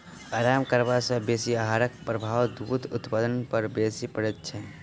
आराम करबा सॅ बेसी आहारक प्रभाव दूध उत्पादन पर बेसी पड़ैत छै